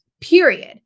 period